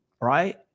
Right